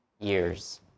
years